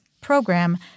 program